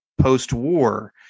post-war